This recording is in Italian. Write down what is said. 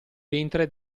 ventre